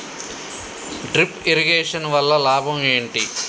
Drip irrigation వల్ల లాభం ఏంటి?